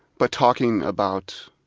but talking about,